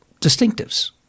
distinctives